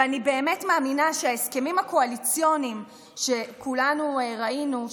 ואני באמת מאמינה שההסכמים הקואליציוניים שכולנו ראינו,